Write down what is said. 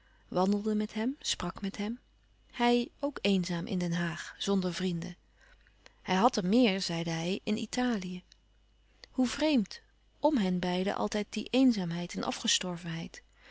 wandelde met hem sprak met hem hij ook eenzaam in den haag zonder vrienden hij had er meer zeide hij in italië hoe vreemd m hen beiden altijd die eenzaamheid en